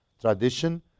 tradition